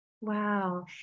Wow